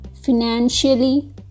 financially